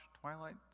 Twilight